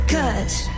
Cause